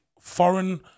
foreign